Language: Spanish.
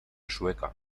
sueca